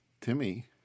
Timmy